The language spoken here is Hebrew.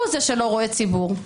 הוא זה שלא רואה ציבור.